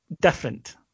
different